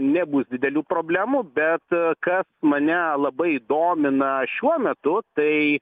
nebus didelių problemų bet kas mane labai domina šiuo metu tai